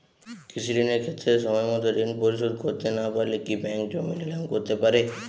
কৃষিঋণের ক্ষেত্রে সময়মত ঋণ পরিশোধ করতে না পারলে কি ব্যাঙ্ক জমি নিলাম করতে পারে?